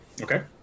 Okay